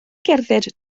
gerdded